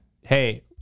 hey